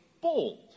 bold